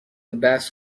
بحث